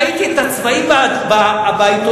ראיתי את הצבעים בעיתונים,